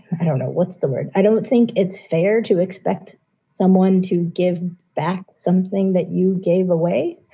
i don't know what's the word. i don't think it's fair to expect someone to give back something that you gave away.